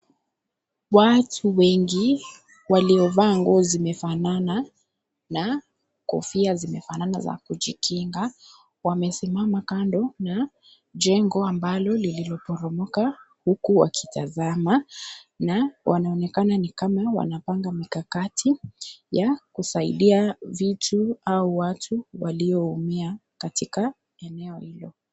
Watu wengi waliovaa nguo zimefanana na kofia zimefanana za kujikinga wamesimama kandona jengo ambalo liliporomoka huku wakitazama, na wanaonekana wakipanga mikakati kusaidia vitu au watu walioumia katika eneo hilo.